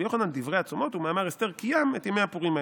יוחנן דברי הצומות ומאמר אסתר קיים את ימי הפורים האלה",